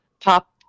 top